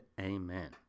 Amen